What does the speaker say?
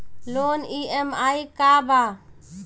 Loan EMI का बा?